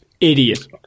Idiot